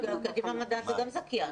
קדימה מדע זה גם זכיין.